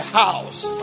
house